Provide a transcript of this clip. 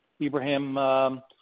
Ibrahim